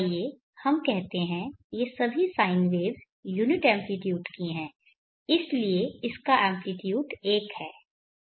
आइए हम कहते हैं ये सभी साइन वेव्स यूनिट एम्प्लीट्यूड की है इसलिए इसका एम्प्लीट्यूड 1 है